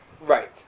right